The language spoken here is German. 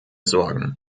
sorgen